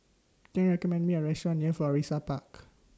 Can YOU recommend Me A Restaurant near Florissa Park